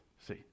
see